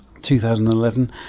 2011